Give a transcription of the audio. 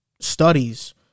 studies